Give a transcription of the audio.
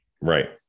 Right